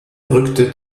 rückte